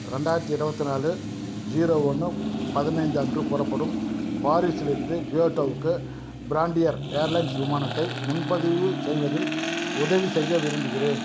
ரெண்டாயிரத்தி இருபத்து நாலு ஜீரோ ஒன்று பதினைந்து அன்று புறப்படும் பாரிஸ் இலிருந்து கியோட்டோவுக்கு ஃபிரான்டியர் ஏர்லைன்ஸ் விமானத்தை முன்பதிவு செய்வதில் உதவி செய்ய விரும்புகிறேன்